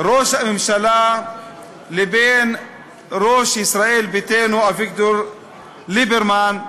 ראש הממשלה לבין ראש ישראל ביתנו אביגדור ליברמן.